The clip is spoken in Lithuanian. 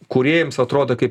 kūrėjams atrodo kaip